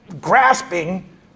grasping